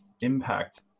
impact